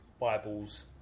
Bibles